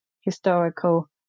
historical